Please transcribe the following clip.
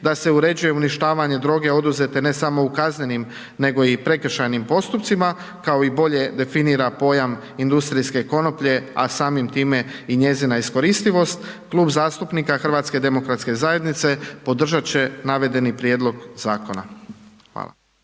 da se uređuje uništavanje droge, oduzete ne samo u kaznenim nego i prekršajnim postupcima, kai i bolje definira pojam industrijske konoplje, a samim time i njezina iskoristivost, Klub zastupnika HDZ-a podržati će navedeni prijedlog Zakona. Hvala.